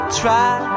try